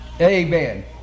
Amen